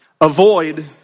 Avoid